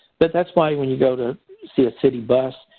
but that's why when you go to see a city bus,